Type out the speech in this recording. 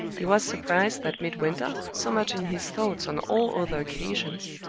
he was surprised that midwinter, so much in his thoughts on all other occasions,